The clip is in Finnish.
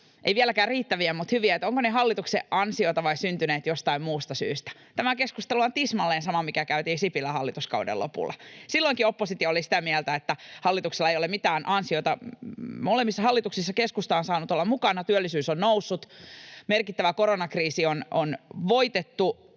vieläkään riittäviä, mutta hyviä — hallituksen ansiota vai syntyneet jostain muusta syystä. Tämä keskustelu on tismalleen sama, mikä käytiin Sipilän hallituskauden lopulla. Silloinkin oppositio oli sitä mieltä, että hallituksella ei ole mitään ansiota. Molemmissa hallituksissa keskusta on saanut olla mukana. Työllisyys on noussut, merkittävä koronakriisi on voitettu,